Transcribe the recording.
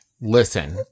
listen